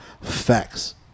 facts